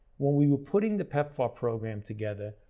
when we were putting the pepfar program together,